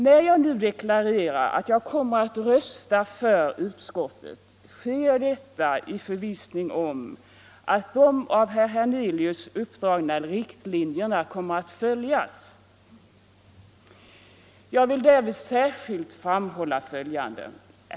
När jag nu deklarerar att jag kommer att rösta för utskottet, sker detta i förvissning om att de av herr Hernelius uppdragna riktlinjerna kommer att följas. Jag vill därvid särskilt framhålla följande.